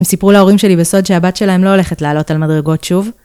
‫הם סיפרו להורים שלי בסוד שהבת שלהם ‫לא הולכת לעלות על מדרגות שוב.